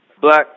black